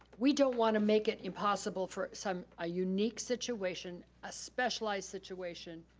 we don't wanna make it impossible for so um a unique situation, a specialized situation.